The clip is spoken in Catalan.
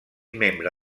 membre